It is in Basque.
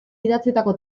idatzitako